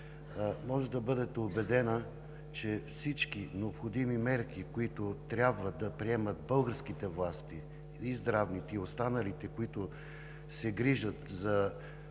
може да бъдете убедена, че всички необходими мерки, които трябва да предприемат българските власти – и здравните, и останалите, които се грижат за